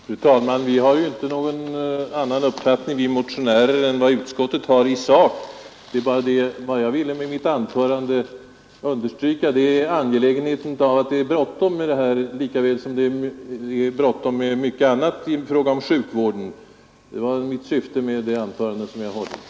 Fru talman! Vi motionärer har ju i sak inte någon annan uppfattning än utskottet. Vad jag ville understryka med mitt anförande var bara det förhållandet att det är bråttom med denna fråga — lika väl som det är bråttom med mycket annat i fråga om sjukvården. Det var syftet med det anförande som jag hållit.